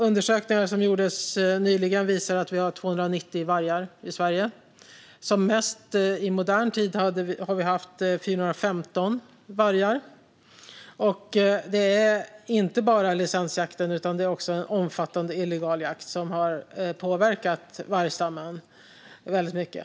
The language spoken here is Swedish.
Undersökningar som gjorts nyligen visar att vi har 290 vargar i Sverige. Som mest i modern tid har vi haft 415 vargar. Det är inte bara licensjakten utan också en omfattande illegal jakt som har påverkat vargstammen väldigt mycket.